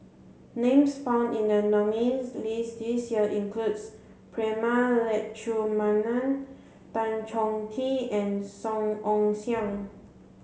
names found in the nominees' list this year includes Prema Letchumanan Tan Choh Tee and Song Ong Siang